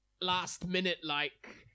last-minute-like